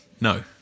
no